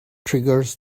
triggers